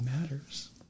matters